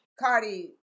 Cardi